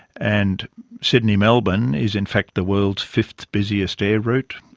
and sydney-melbourne is in fact the world's fifth busiest air route,